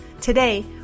Today